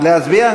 להצביע?